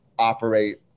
operate